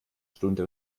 stunde